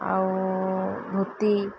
ଆଉ ଧୋତି